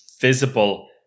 visible